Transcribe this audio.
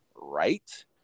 right